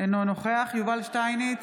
אינו נוכח יובל שטייניץ,